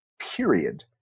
period